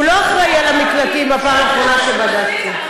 נכון, הוא לא אחראי למקלטים, בפעם האחרונה שבדקתי.